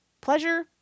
Pleasure